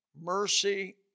mercy